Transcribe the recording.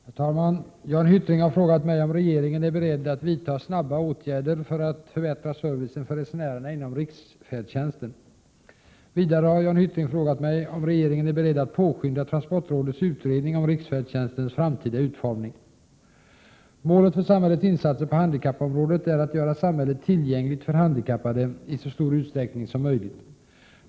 Herr talman! Jan Hyttring har frågat mig om regeringen är beredd att vidta snabba åtgärder för att förbättra servicen för resenärerna inom riksfärdtjänsten. Vidare har Jan Hyttring frågat mig om regeringen är beredd att påskynda transportrådets utredning om riksfärdtjänstens framtida utformning. Målet för samhällets insatser på handikappområdet är att göra samhället tillgängligt för handikappade i så stor utsträckning som möjligt.